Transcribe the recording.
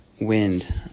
wind